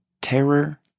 terror